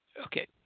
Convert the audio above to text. Okay